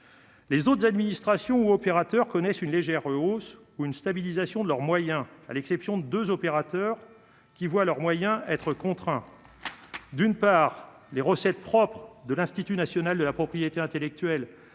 Les autres administrations ou opérateurs connaissent une légère hausse ou une stabilisation de leurs moyens, à l'exception de 2 opérateurs qui voient leurs moyens, être contraint d'une part les recettes propres de l'Institut national de la propriété intellectuelle